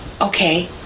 Okay